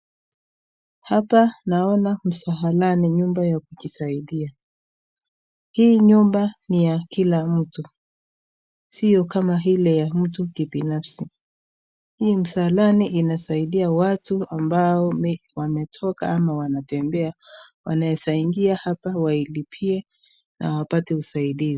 Hapa naona msalani, ni nyumba ya kujisaidia hii nyumba ni ya kila mtu siyo kama ile ya mtu kibinafsi hii msalani inasaidia watu ambao wametoka ama wametembea wanaeza ingia hapa wailipie na wapate usaidizi.